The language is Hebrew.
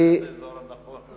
מה זה האזור הנכון?